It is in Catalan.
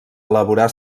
elaborar